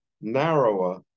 narrower